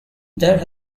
there